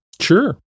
sure